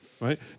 Right